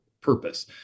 purpose